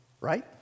right